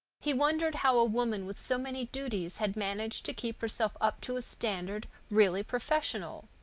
he wondered how a woman with so many duties had managed to keep herself up to a standard really professional.